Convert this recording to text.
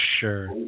sure